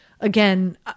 again